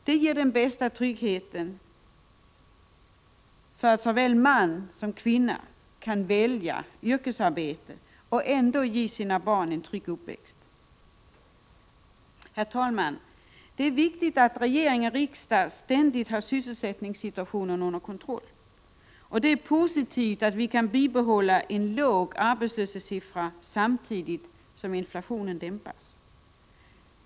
Det ger den bästa tryggheten för att såväl man som kvinna kan välja yrkesarbete och ändå ge sina barn en trygg uppväxt. Herr talman! Det är viktigt att regering och riksdag ständigt har sysselsättningssituationen under kontroll. Det är positivt att vi kan bibehålla en låg arbetslöshetssiffra samtidigt som inflationen dämpas.